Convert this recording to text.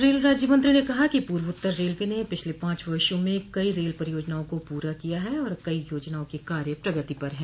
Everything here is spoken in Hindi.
रेल राज्य मंत्री ने कहा कि पूर्वोत्तर रेलवे ने पिछले पांच वर्षो में कई रेल परियोजनाओं को पूरा किया है और कई योजनाओं की कार्य प्रगति पर है